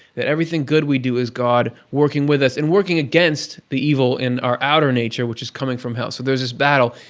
everything good we do is god working with us, and working against the evil in our outer nature, which is coming from hell. so there's this battle.